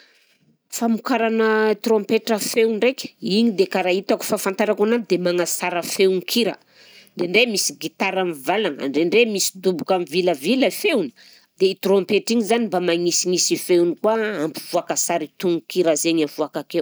Famokarana trompetra feo ndraika, igny dia karaha hitako fahafantarako ananjy dia magnasara feon-kira, indraindray misy gitara mivalagna, indraindray misy doboka mivilavila feony, dia iny trompetra igny zany mba manisinisy feony koa ampivoaka sara i tononkira zegny mivoaka keo